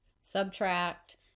subtract